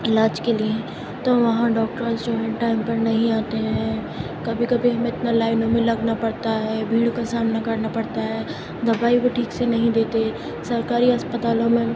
علاج کے لیے تو وہاں ڈاکٹرس جو ہیں ٹائم پر نہیں آتے ہیں کبھی کبھی ہمیں اتنا لائنوں میں لگنا پڑتا ہے بھیڑ کا سامنا کرنا پڑتا ہے دوائی وہ ٹھیک سے نہیں دیتے سرکاری اسپتالوں میں